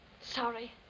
Sorry